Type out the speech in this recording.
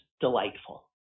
delightful